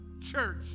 church